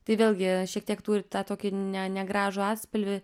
tai vėlgi šiek tiek turi tą tokį ne negražų atspalvį